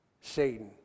Satan